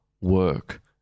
work